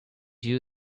you